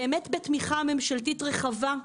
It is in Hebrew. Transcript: באמת בתמיכה ממשלתית רחבה,